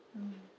mm